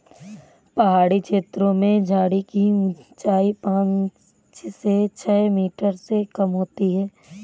पहाड़ी छेत्रों में झाड़ी की ऊंचाई पांच से छ मीटर से कम होती है